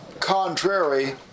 contrary